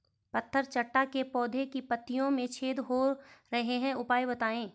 पत्थर चट्टा के पौधें की पत्तियों में छेद हो रहे हैं उपाय बताएं?